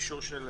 אישור של